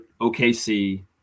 OKC